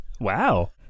Wow